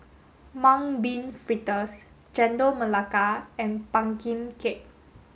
Mung Bean Fritters Chendol Melaka and pumpkin cake